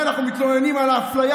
אבל כשאנחנו משם לשנייה,